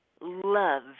love